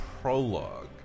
prologue